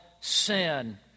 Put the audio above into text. sin